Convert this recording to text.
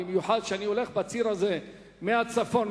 במיוחד בציר הזה מהצפון,